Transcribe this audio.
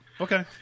Okay